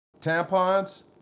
tampons